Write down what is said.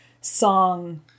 song